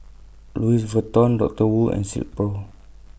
Louis Vuitton Dr Wu and Silkpro